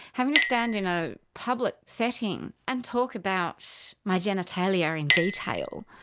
having to stand in a public setting and talk about my genitalia in detail